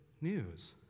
news